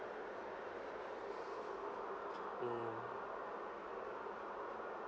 mm